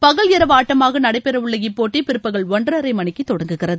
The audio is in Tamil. பகல் இரவு ஆட்டமாக நடைபெறவுள்ள இப்போட்டி பிற்பகல் ஒன்றரை மணிக்கு தொடங்குகிறது